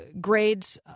grades